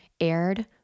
aired